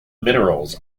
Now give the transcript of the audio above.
minerals